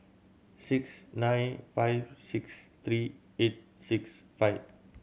six nine five six three eight six five